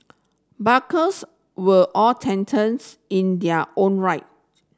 barkers were all titans in their own right